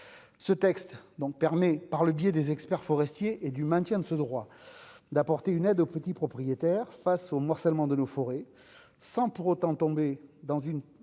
ce texte donc permet, par le biais des experts forestiers et du maintien de ce droit d'apporter une aide aux petits propriétaires face au morcellement de nos forêts sans pour autant tomber dans une